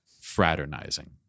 fraternizing